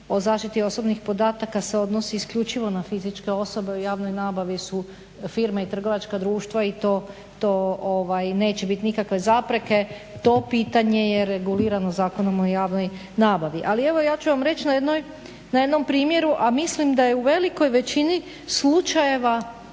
o zaštiti osobnih podataka se odnosi isključivo na fizičke osobe u javnoj nabavi su firme i trgovačka društva i to neće biti nikakve zapreke. To pitanje je regulirano Zakonom o javnoj nabavi. Ali evo ja ću vam reći na jednom primjeru, a mislim da je u velikoj većini slučajeva